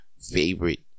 Favorite